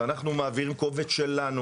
אנחנו מעבירים קובץ שלנו,